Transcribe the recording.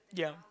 yeah